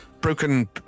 broken